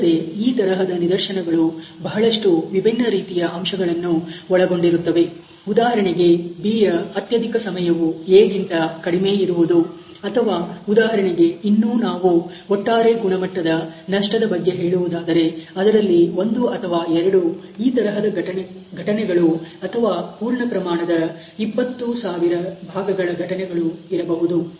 ಅಲ್ಲದೆ ಈ ತರಹದ ನಿದರ್ಶನಗಳು ಬಹಳಷ್ಟು ವಿಭಿನ್ನ ರೀತಿಯ ಅಂಶಗಳನ್ನು ಒಳಗೊಂಡಿರುತ್ತವೆ ಉದಾಹರಣೆಗೆ B ಯ ಅತ್ಯಧಿಕ ಸಮಯವು A ಗಿಂತ ಕಡಿಮೆಯಿರುವುದು ಅಥವಾ ಉದಾಹರಣೆಗೆ ಇನ್ನು ನಾವು ಒಟ್ಟಾರೆ ಗುಣಮಟ್ಟದ ನಷ್ಟದ ಬಗ್ಗೆ ಹೇಳುವುದಾದರೆ ಅದರಲ್ಲಿ ಒಂದು ಅಥವಾ ಎರಡು ಈ ತರಹದ ಘಟನೆಗಳು ಅಥವಾ ಪೂರ್ಣಪ್ರಮಾಣದ 20000 ಭಾಗಗಳ ಘಟನೆಗಳು ಇರಬಹುದು